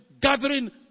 gathering